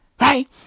Right